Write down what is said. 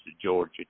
Georgia